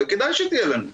וכדאי שתהיה לנו,